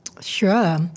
Sure